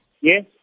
Yes